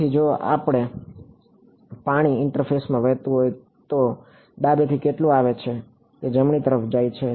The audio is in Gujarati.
તેથી જો આ પાણી ઇન્ટરફેસમાં વહેતું હોય તો ડાબેથી કેટલું આવે છે તે જમણી તરફ જાય છે